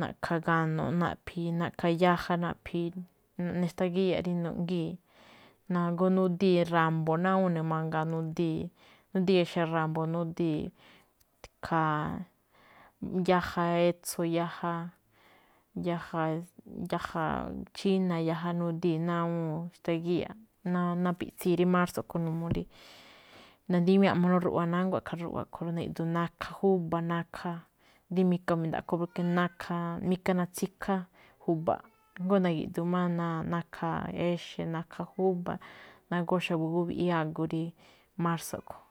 na̱ꞌkha̱ ga̱no̱ꞌ, naꞌphi̱i̱, na̱ꞌkha̱ yaja, naꞌphi̱i̱, naꞌne xtagíya̱ꞌ rí nuꞌgíi̱. Nagoo nudii̱ ra̱mbo̱ ná awúun ne̱ mangaa, nudii̱, nudii̱ ixe̱ ra̱mbo̱, nudii̱, yaja etso̱, yaja, yaja, yaja chína̱, yaja nudii̱, ná awúun xtagíya̱ꞌ. Naa napiꞌtsii̱ rí márso̱ a̱ꞌkhue̱n n uu rí, nadíwiáa̱nꞌ máꞌ ruꞌwa, nánguá máꞌ i̱ꞌkha̱ ruꞌwa. A̱ꞌkhue̱n na̱gi̱ꞌdu̱u̱n nakha júba̱ nakha rí mika mi̱ndaꞌkho porque nakha natsikhá ju̱ba̱ꞌ, jngó na̱gi̱ꞌdu̱u̱n máꞌ nakha exe̱ nakha nakha júba̱. Nagóó xa̱bo̱ gówi̱ꞌíí agu rí, márso̱ a̱ꞌkho̱n.